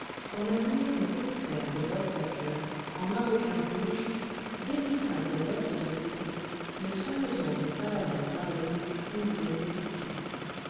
on admire une petite paire de bottes à coeur en maroquin rouge véritables bottes de poupée mais soigneusement et savamment travaillées ouvrées et piquées